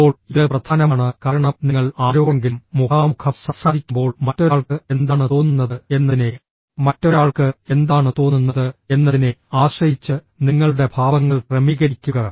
ഇപ്പോൾ ഇത് പ്രധാനമാണ് കാരണം നിങ്ങൾ ആരോടെങ്കിലും മുഖാമുഖം സംസാരിക്കുമ്പോൾ മറ്റൊരാൾക്ക് എന്താണ് തോന്നുന്നത് എന്നതിനെ മറ്റൊരാൾക്ക് എന്താണ് തോന്നുന്നത് എന്നതിനെ ആശ്രയിച്ച് നിങ്ങളുടെ ഭാവങ്ങൾ ക്രമീകരിക്കുക